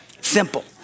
Simple